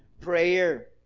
prayer